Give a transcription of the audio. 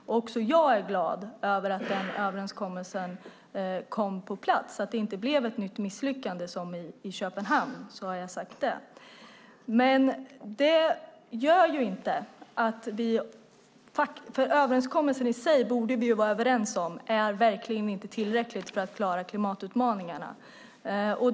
Jag är också glad över att den överenskommelsen kom på plats och att det inte blev ett nytt misslyckande som i Köpenhamn. Vi borde vara överens om att överenskommelsen i sig verkligen inte är tillräcklig för att klara klimatutmaningarna.